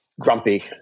grumpy